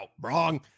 Wrong